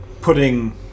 Putting